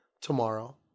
tomorrow